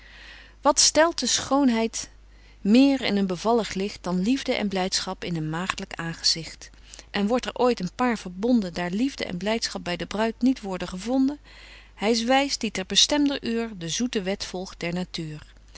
wat stelt de schoonheid meer in een bevallig licht dan liefde en blydschap in een maagdlyk aangezicht en wordt er ooit een paar verbonden daar liefde en blydschap by de bruid niet worde gevonden hy s wys die ter bestemder uur de zoete wet volgt der natuur